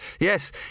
Yes